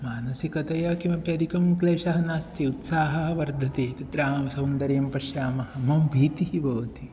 मानसिकतया किमपि अधिकः क्लेशः नास्ति उत्साहः वर्धते तत्र आं सौन्दर्यं पश्यामः मम भीतिः भवति